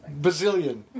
Bazillion